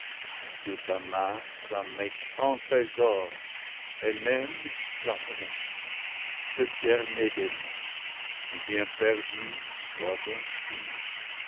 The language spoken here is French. un méchant trésor et même la honte le dernier des maux du bien perdu sois donc sûre